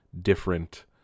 different